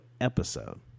episode